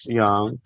young